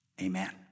Amen